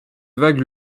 vagues